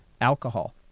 Alcohol